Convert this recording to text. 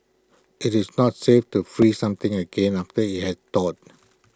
IT is not safe to freeze something again after IT has thawed